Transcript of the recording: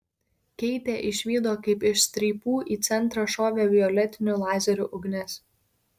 keitė išvydo kaip iš strypų į centrą šovė violetinių lazerių ugnis